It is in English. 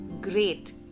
great